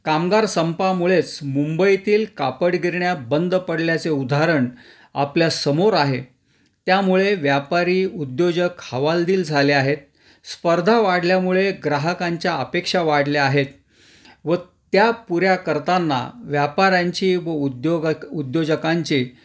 कामगार संपामुळेच मुंबईतील कापडगिरण्या बंद पडल्याचे उदाहरण आपल्या समोर आहे त्यामुळे व्यापारी उद्योजक हावाल दिल झाले आहेत स्पर्धा वाढल्यामुळे ग्राहकांच्या अपेक्षा वाढल्या आहेत व त्या पुऱ्या करतांना व्यापारांची व उद्योग उद्योजकांचे